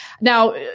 Now